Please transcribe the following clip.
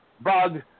Bug